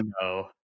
no